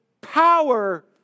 power